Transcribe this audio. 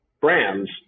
brands